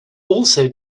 also